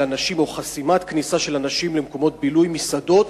חסימת כניסה של אנשים למקומות בילוי, מסעדות,